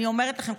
אני אומרת לכם,